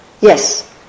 Yes